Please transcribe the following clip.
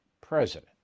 president